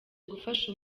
gufasha